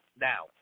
Now